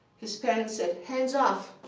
his parents said, hands off.